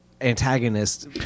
antagonist